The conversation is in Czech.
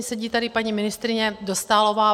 Sedí tady paní ministryně Dostálová.